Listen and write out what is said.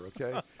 okay